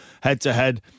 head-to-head